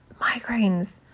migraines